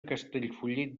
castellfollit